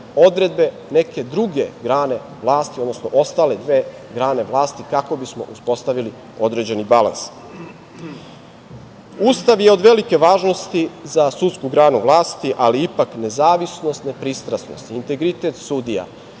neke druge grane vlasti, odnosno ostale dve grane vlasti, kako bismo uspostavili određeni balans. Ustav je od velike važnosti za sudsku granu vlasti, ali ipak nezavisnost, nepristrasnost i integritet sudija